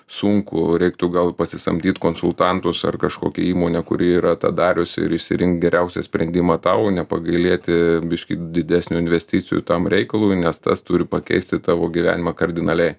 sunku reiktų gal pasisamdyt konsultantus ar kažkokią įmonę kuri yra tą dariusi ir išsirinkt geriausią sprendimą tau o nepagailėti biškį didesnių investicijų tam reikalui nes tas turi pakeisti tavo gyvenimą kardinaliai